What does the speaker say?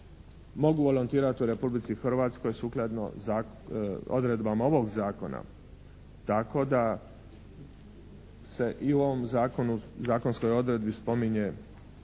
mogu volontirati u Republici Hrvatskoj sukladno odredbama ovog zakona tako da se i u ovom zakonu u zakonskoj odredbi spominje